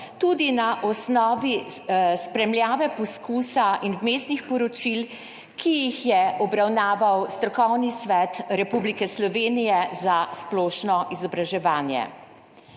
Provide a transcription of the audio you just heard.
tudi na osnovi spremljave poskusa in vmesnih poročil, ki jih je obravnaval Strokovni svet Republike Slovenije za splošno izobraževanje.